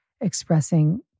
expressing